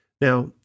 Now